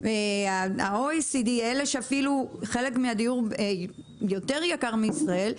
ה-OECD אלה שאפילו חלק מהדיור יותר יקר מישראל,